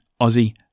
Aussie